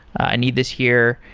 i need this here.